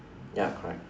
ya correct